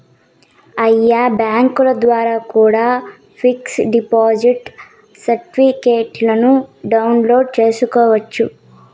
ఆయా బ్యాంకుల ద్వారా కూడా పిక్స్ డిపాజిట్ సర్టిఫికెట్ను డౌన్లోడ్ చేసుకోవచ్చు